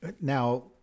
Now